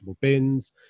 bins